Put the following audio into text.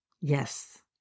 Yes